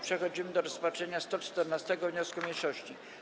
Przechodzimy do rozpatrzenia 114. wniosku mniejszości.